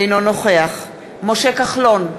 אינו נוכח משה כחלון,